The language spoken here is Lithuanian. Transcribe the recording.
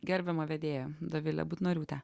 gerbiama vedėja dovile butnoriūte